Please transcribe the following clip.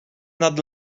nad